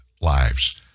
lives